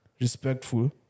respectful